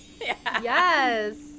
Yes